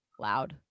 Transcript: loud